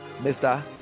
Mr